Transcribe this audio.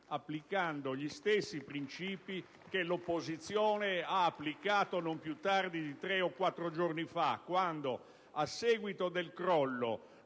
...applicando gli stessi principi che l'opposizione ha applicato non più tardi di tre o quattro giorni fa quando, a seguito del crollo